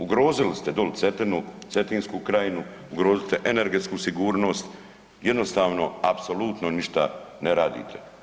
Ugrozili ste doli Cetinu, Cetinsku krajinu, ugrozili ste energetsku sigurnost, jednostavno apsolutno ništa ne radite.